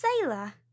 sailor